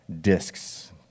discs